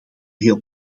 heel